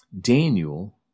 Daniel